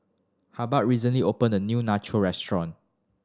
Hubbard recently open a new Nacho restaurant